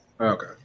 Okay